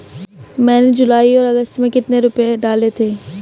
मैंने जुलाई और अगस्त में कितने रुपये डाले थे?